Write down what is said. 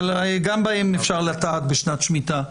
אבל גם בהן אפשר לטעת בשנת שמיטה.